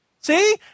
See